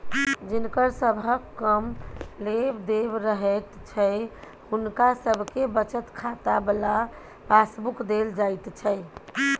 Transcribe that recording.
जिनकर सबहक कम लेब देब रहैत छै हुनका सबके बचत खाता बला पासबुक देल जाइत छै